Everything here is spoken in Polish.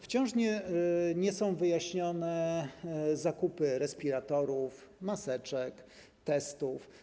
Wciąż nie są wyjaśnione zakupy respiratorów, maseczek, testów.